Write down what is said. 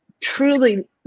truly